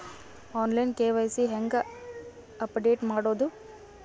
On line KYC ಹೇಂಗ update ಮಾಡೋದು?